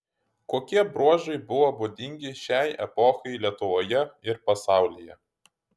kokie bruožai buvo būdingi šiai epochai lietuvoje ir pasaulyje